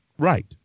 Right